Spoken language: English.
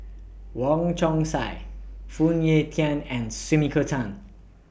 Wong Chong Sai Phoon Yew Tien and Sumiko Tan